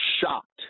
shocked